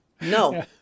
no